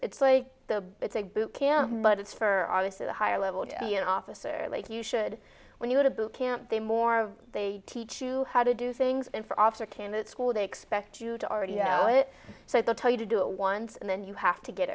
it's like the it's a boot camp but it's for obviously the higher level officer like you should when you go to bootcamp the more they teach you how to do things and for officer candidate school they expect you to already know it so they'll tell you to do it once and then you have to get